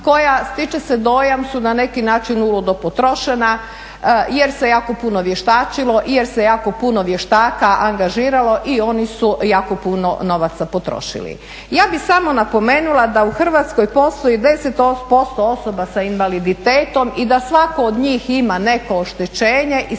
koja, stiče se dojam, su na neki način uludo potrošena jer se jako puno vještačilo i jer se jako puno vještaka angažiralo i oni su jako puno novaca potrošili. Ja bih samo napomenula da u Hrvatskoj postoji 10% osoba s invaliditetom i da svatko od njih ima neko oštećenje i